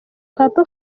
papa